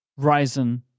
Ryzen